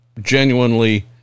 genuinely